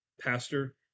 pastor